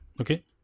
okay